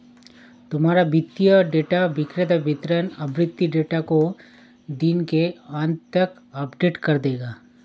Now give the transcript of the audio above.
तुम्हारा वित्तीय डेटा विक्रेता वितरण आवृति डेटा को दिन के अंत तक अपडेट कर देगा